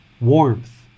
warmth